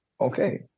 okay